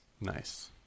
Nice